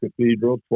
Cathedral